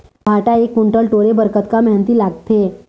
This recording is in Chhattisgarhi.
भांटा एक कुन्टल टोरे बर कतका मेहनती लागथे?